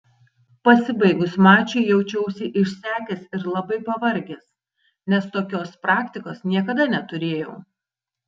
pasibaigus mačui jaučiausi išsekęs ir labai pavargęs nes tokios praktikos niekada neturėjau